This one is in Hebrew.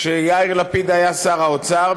כשיאיר לפיד היה שר האוצר,